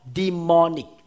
demonic